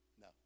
No